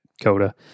Coda